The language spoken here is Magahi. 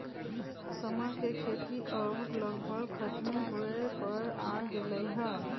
समा के खेती अब लगभग खतमे होय पर आ गेलइ ह